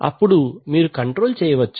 అప్పుడు మీరు కంట్రోల్ చేయవచ్చు